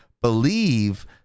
believe